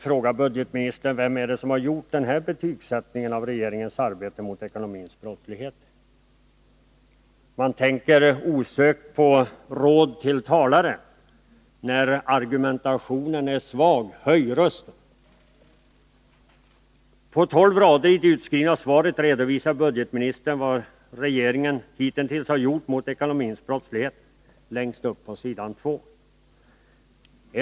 Man tänker osökt på den berömda talaranvisningen: När argumentationen är svag, höj rösten! På tolv rader i förlagan till sitt svar redovisar budgetministern vad regeringen hitintills har gjort för att komma till rätta med den ekonomiska brottsligheten.